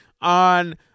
On